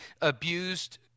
abused